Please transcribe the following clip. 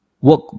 Work